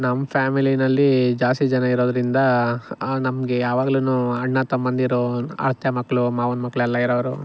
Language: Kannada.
ನಮ್ಮ ಫ್ಯಾಮಿಲಿಯಲ್ಲಿ ಜಾಸ್ತಿ ಜನ ಇರೋದರಿಂದ ಹಾಂ ನಮಗೆ ಯಾವಗ್ಲೂ ಅಣ್ಣ ತಮ್ಮಂದಿರು ಅತ್ತೆ ಮಕ್ಕಳು ಮಾವನ ಮಕ್ಕಳು ಎಲ್ಲ ಇರೋರು